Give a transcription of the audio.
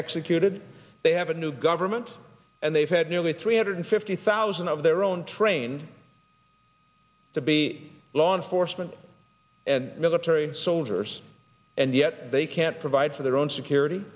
executed they have a new government and they've had nearly three hundred fifty thousand of their own trained to be law enforcement and military soldiers and yet they can't provide for their own security